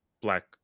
black